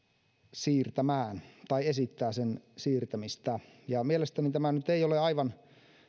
siirtämään tai esittää sen siirtämistä mielestäni tämä nyt ei ole aivan